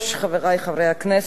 חברי חברי הכנסת,